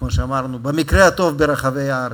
כמו שאמרנו: במקרה הטוב ברחבי הארץ.